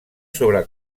sobre